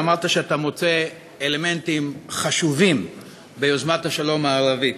אמרת שאתה מוצא אלמנטים חשובים ביוזמת השלום הערבית.